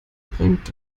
bringt